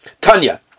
Tanya